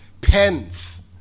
pens